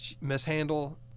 Mishandle